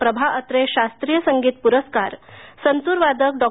प्रभा अत्रे शास्त्रीय संगीत पुरस्कार संतूरवादक डॉ